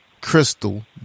crystal